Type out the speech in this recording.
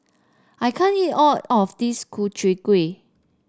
I can't eat all of this Ku Chai Kuih